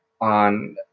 on